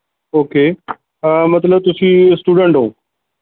okay ਮਤਲਬ ਤੁਸੀ student ਹੋ